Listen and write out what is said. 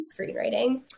Screenwriting